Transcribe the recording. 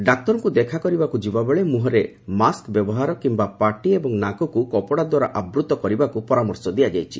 ଡାକ୍ତରଙ୍କୁ ଦେଖା କରିବାକୁ ଯିବାବେଳେ ମୁହଁରେ ମାସ୍କ ବ୍ୟବହାର କିୟା ପାଟି ଏବଂ ନାକକୁ କପଡ଼ାଦ୍ୱାରା ଆବୂତ୍ତ କରିବାକୁ ପରାମର୍ଶ ଦିଆଯାଇଛି